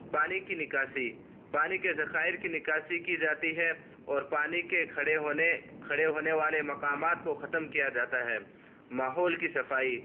پانی کی نکاسی پانی کے ذخائر کی نکاسی کی جاتی ہے اور پانی کے کھڑے ہونے کھڑے ہونے والے مقامات کو ختم کیا جاتا ہے ماحول کی صفائی